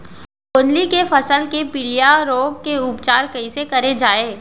गोंदली के फसल के पिलिया रोग के उपचार कइसे करे जाये?